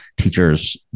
teachers